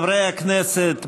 חברי הכנסת,